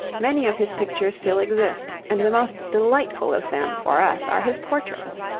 many of his pictures still exist, and the most delightful of them for us are his portraits.